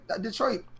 Detroit